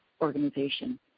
organization